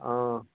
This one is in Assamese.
অঁ